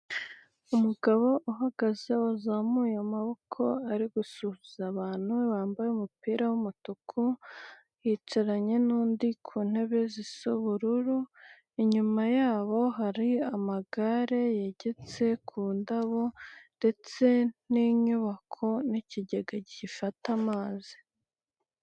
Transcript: Umugabo uhagaze wazamuye amaboko, ari gusuhuza abantu, bambaye umupira w'umutuku, yicaranye n'undi ku ntebe zisa ubururu, inyuma yabo hari amagare yegetse ku ndabo ndetse n'inyubako n'ikigega gifata amazi.